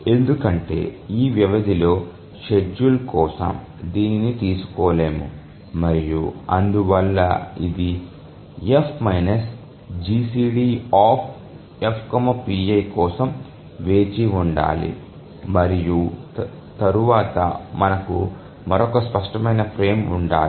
ఎందుకంటే ఈ వ్యవధిలో షెడ్యూల్ కోసం దీనిని తీసుకోలేము మరియు అందువల్ల ఇది F GCDFpi కోసం వేచి ఉండాలి మరియు తరువాత మనకు మరొక స్పష్టమైన ఫ్రేమ్ ఉండాలి